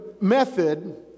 method